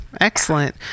Excellent